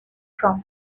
from